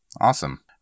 Awesome